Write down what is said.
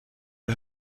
die